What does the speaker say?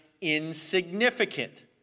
insignificant